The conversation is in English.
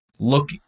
look